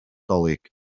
nadolig